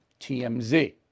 TMZ